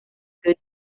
good